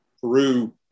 Peru